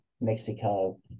Mexico